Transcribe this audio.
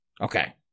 okay